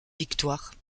victoire